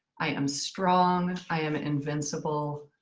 i am strong. i am invincible.